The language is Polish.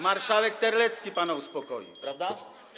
Marszałek Terlecki pana uspokoi, prawda?